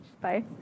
Bye